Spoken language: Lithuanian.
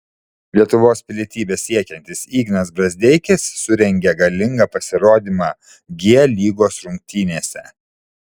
lietuvos pilietybės siekiantis ignas brazdeikis surengė galingą pasirodymą g lygos rungtynėse